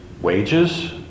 wages